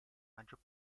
maggior